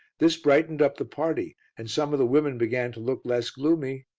this brightened up the party, and some of the women began to look less gloomy,